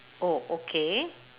oh okay